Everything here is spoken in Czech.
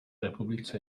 republice